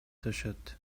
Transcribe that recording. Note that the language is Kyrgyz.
түшөт